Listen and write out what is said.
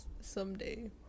someday